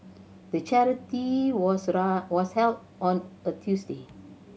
the charity was was held on a Tuesday